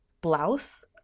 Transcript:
blouse